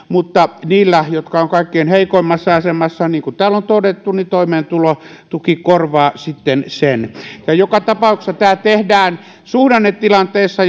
mutta niillä jotka ovat kaikkein heikoimmassa asemassa niin kuin täällä on todettu toimeentulotuki korvaa sitten sen joka tapauksessa tämä tehdään suhdannetilanteessa